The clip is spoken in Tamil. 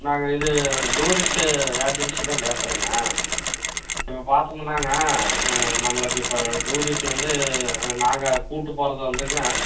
நாங்கள் இது டூரிஸ்ட்டு ஏஜென்சி தான் பேசுறேங்க இப்போ பார்த்தம்னாங்க நம்மளுக்கு இப்போ டூரிஸ்ட்டு வந்து நாங்கள் கூட்டு போகறது வந்துங்க